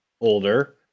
older